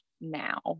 now